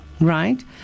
right